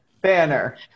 banner